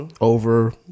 over